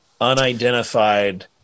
unidentified